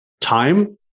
time